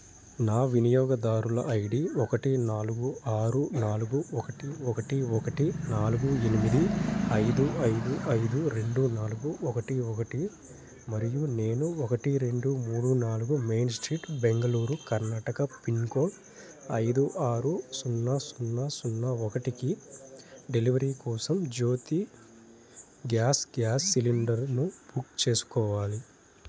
నా వినియోగదారుల ఐడి ఒకటి నాలుగు ఆరు నాలుగు ఒకటి ఒకటి ఒకటి నాలుగు ఎనిమిది ఐదు ఐదు ఐదు రెండు నాలుగు ఒకటి ఒకటి మరియు నేను ఒకటి రెండు మూడు నాలుగు main street Bengaluru Karnataka pincode ఐదు ఆరు సున్నా సున్నా సున్నా ఒకటికి డెలివరీ కోసం జ్యోతి గ్యాస్ గ్యాస్ సిలిండర్ను బుక్ చేసుకోవాలి